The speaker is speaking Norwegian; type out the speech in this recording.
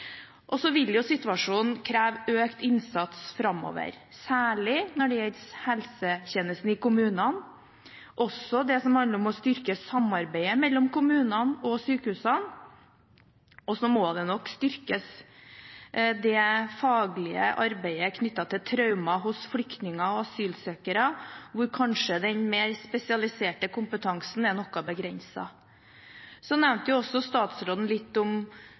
vil kreve økt innsats framover, særlig når det gjelder helsetjenestene i kommunene, også det som handler om å styrke samarbeidet mellom kommunene og sykehusene. Og en må styrke det faglige arbeidet knyttet til traumer hos flyktninger og asylsøkere, hvor kanskje den mer spesialiserte kompetansen er noe begrenset. Så nevnte statsråden litt om